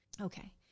Okay